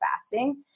fasting